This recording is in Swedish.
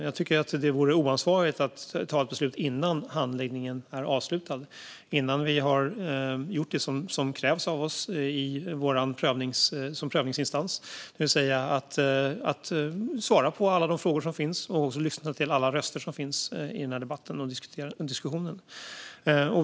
Jag tycker att det vore oansvarigt att ta ett beslut innan handläggningen är avslutad och innan vi har gjort det som krävs av oss som prövningsinstans, det vill säga att svara på alla de frågor som finns och lyssna till alla röster som finns i denna debatt och diskussion.